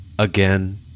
Again